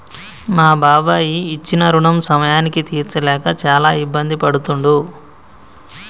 మా బాబాయి ఇచ్చిన రుణం సమయానికి తీర్చలేక చాలా ఇబ్బంది పడుతుండు